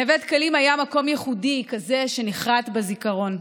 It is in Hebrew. נווה דקלים היה מקום ייחודי, כזה שנחרת בזיכרון.